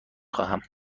خواهم